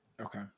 Okay